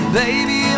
baby